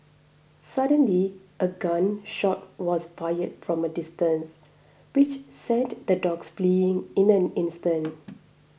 suddenly a gun shot was fired from a distance which sent the dogs fleeing in an instant